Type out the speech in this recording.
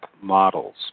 models